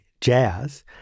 jazz